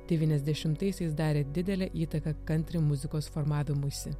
devyniasdešimtaisiais darė didelę įtaką kantri muzikos formavimuisi